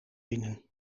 binnen